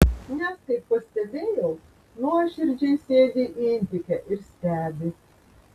nes kaip pastebėjau nuoširdžiai sėdi intike ir stebi